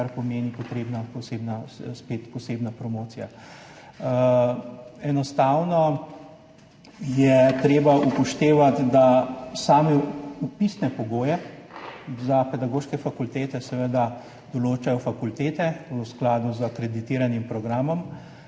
kar pomeni, potrebna je posebna promocija. Enostavno je treba upoštevati, da same vpisne pogoje za pedagoške fakultete določajo fakultete v skladu z akreditiranim programom.